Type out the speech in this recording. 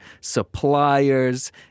Suppliers